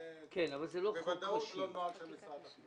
זה בוודאות לא נוהל של משרד התחבורה.